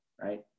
right